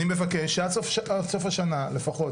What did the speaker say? אני מבקש שעד סוף השנה לפחות,